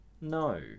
no